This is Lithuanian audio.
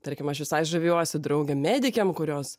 tarkim aš visai žaviuosi draugėm medikėm kurios